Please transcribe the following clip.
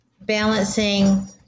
balancing